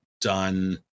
done